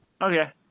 okay